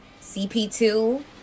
CP2